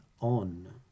on